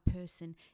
person